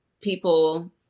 people